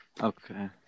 Okay